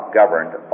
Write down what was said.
governed